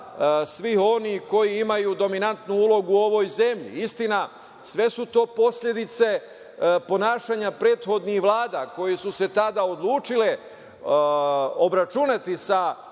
svih onih koji imaju dominantu ulogu u ovoj zemlji. Istina, sve su to posledice ponašanja prethodnih vlada koje su se tada odlučile obračunati sa